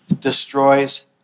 destroys